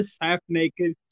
half-naked